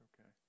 okay